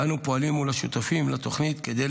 ואנו פועלים מול השותפים לתוכנית כדי